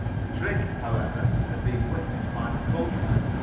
the trick, however, had been witnessed by the coachman,